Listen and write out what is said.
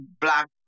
Black